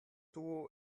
duo